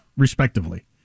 respectively